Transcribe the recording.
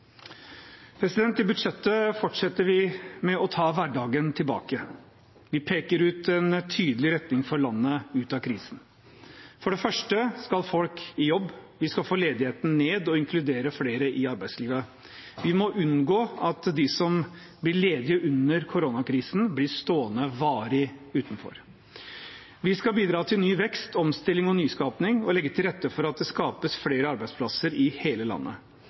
I budsjettet fortsetter vi med å ta hverdagen tilbake. Vi peker ut en tydelig retning for landet ut av krisen. For det første skal folk i jobb, vi skal få ledigheten ned og inkludere flere i arbeidslivet. Vi må unngå at de som blir ledige under koronakrisen, blir stående varig utenfor. Vi skal bidra til ny vekst, omstilling og nyskaping og legge til rette for at det skapes flere arbeidsplasser i hele landet.